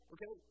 Okay